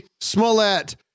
Smollett